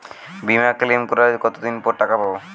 বিমা ক্লেম করার কতদিন পর টাকা পাব?